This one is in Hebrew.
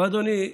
ואדוני,